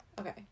Okay